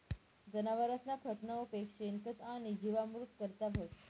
जनावरसना खतना उपेग शेणखत आणि जीवामृत करता व्हस